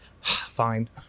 Fine